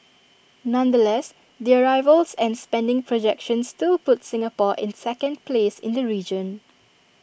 nonetheless the arrivals and spending projections still put Singapore in second place in the region